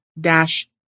dash